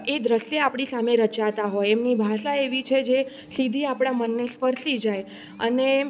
એ દૃશ્ય આપણી સામે રચાતાં હોય એમની ભાષા એવી છે જે સીધી આપણાં મનને સ્પર્શી જાય